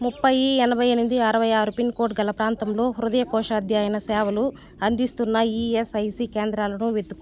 ముప్పై ఎనభై ఎనిమిది అరవై ఆరు పిన్కోడ్ గల ప్రాంతంలో హృదయ కోశాధ్యయన సేవలు అందిస్తున్న ఈఎస్ఐసి కేంద్రాలను వెతుకు